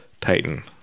titan